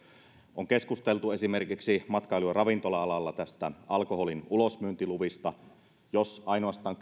on keskusteltu esimerkiksi matkailu ja ravintola alalla näistä alkoholin ulosmyyntiluvista jos ainoastaan